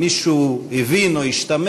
אם מישהו או הבין או אם השתמע,